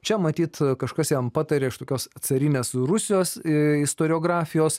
čia matyt kažkas jam patarė iš tokios carinės rusijos istoriografijos